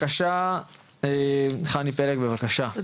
חני פלג בבקשה,